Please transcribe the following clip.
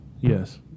Yes